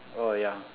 oh ya